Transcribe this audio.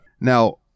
Now